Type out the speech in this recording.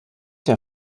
der